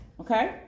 Okay